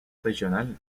régional